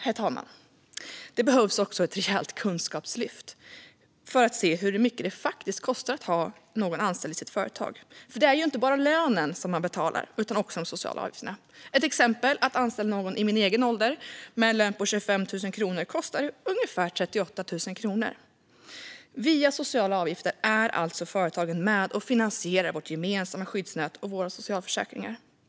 Herr talman! Det behövs också ett rejält kunskapslyft för att se hur mycket det faktiskt kostar att ha någon anställd i sitt företag. Det är inte bara lönen man betalar utan även de sociala avgifterna. Ett exempel: Att anställa någon i min ålder med 25 000 kronor i lön kostar ungefär 38 000 kronor. Via sociala avgifter är företagen med och finansierar vårt gemensamma skyddsnät och våra socialförsäkringar.